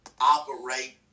operate